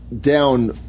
down